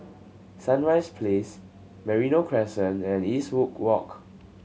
Sunrise Place Merino Crescent and Eastwood Walk